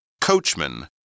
Coachman